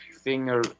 finger